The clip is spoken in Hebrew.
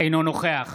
אינו נוכח